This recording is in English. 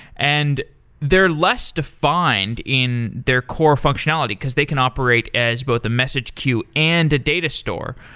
and they're less defined in their core functionality, because they can operate as both a message queue and a data store,